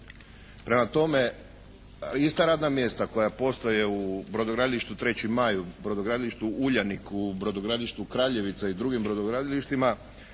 Prema tome, ista radna mjesta koja postoje u Brodogradilištu "3. maj", u Brodogradilištu "Uljanik", u Brodogradilištu "Kraljevica" i u drugim brodogradilištima